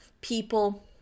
people